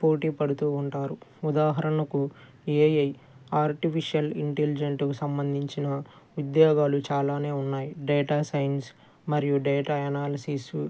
పోటీపడుతూ ఉంటారు ఉదాహరణకు AI artificial ఇంటెలిజెంటుకు సంబంధించిన ఉద్యోగాలు చాలానే ఉన్నాయి డేటా సైన్స్ మరియు డేటా ఎనాలిసిస్